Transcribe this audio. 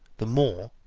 the more,